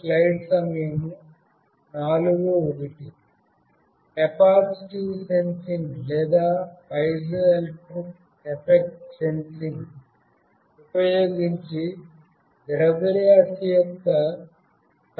capacitive sensing లేదా piezoelectric effect sensing ఉపయోగించి ద్రవ్యరాశి యొక్క స్థానభ్రంశం కొలవవచ్చు